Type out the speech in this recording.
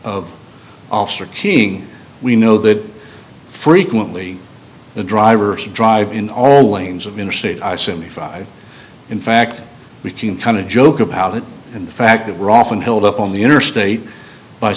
of officer king we know that frequently the driver drive in all lanes of interstate i simplified in fact we can kind of joke about it and the fact that we're often held up on the interstate by